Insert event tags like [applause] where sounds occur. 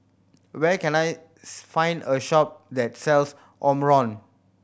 where can I [unintelligible] find a shop that sells Omron